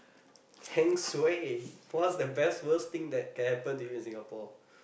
heng suay what's the best worst thing that can happen to you in Singapore